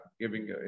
giving